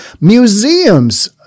Museums